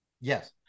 Yes